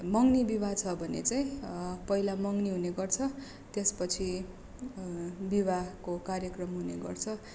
मगनी विवाह छ भने चाहिँ पहिला मगनी हुने गर्छ त्यसपछि विवाहको कार्यक्रम हुने गर्छ